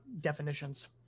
definitions